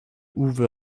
uwe